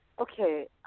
Okay